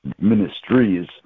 ministries